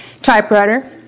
typewriter